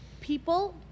People